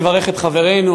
לברך את חברינו,